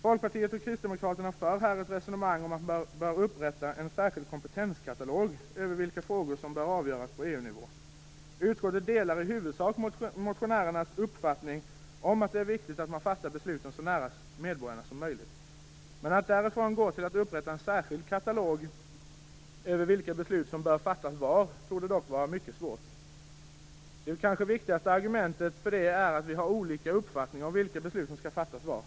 Folkpartiet och Kristdemokraterna för här ett resonemang om att man bör inrätta en särskild kompetenskatalog över de frågor som bör avgöras på EU-nivå. Utskottet delar i huvudsak motionärernas uppfattning om att det är viktigt att besluten fattas så nära medborgarna som möjligt. Men att därifrån gå till att upprätta en särskild katalog över vilka beslut som bör fattas var torde vara mycket svårt. Det kanske viktigaste argumentet för det är att vi har olika uppfattning om vilka beslut som skall fattas var.